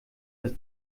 das